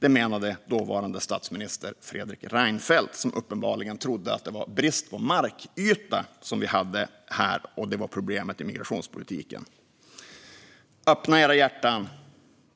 Det menade dåvarande statsminister Fredrik Reinfeldt, som uppenbarligen trodde att det var brist på markyta som var problemet i migrationspolitiken. Öppna era hjärtan!